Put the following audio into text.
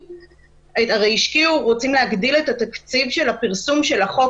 הרי רוצים להגדיל את התקציב של הפרסום של החוק,